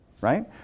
right